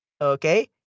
Okay